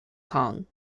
kong